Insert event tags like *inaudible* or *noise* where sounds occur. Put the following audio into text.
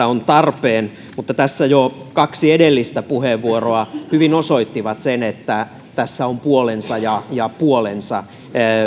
*unintelligible* on tarpeen mutta tässä jo kaksi edellistä puheenvuoroa hyvin osoittivat sen että tässä on puolensa ja ja puolensa